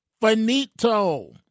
finito